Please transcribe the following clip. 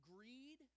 Greed